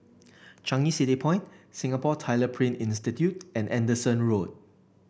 Changi City Point Singapore Tyler Print Institute and Anderson Road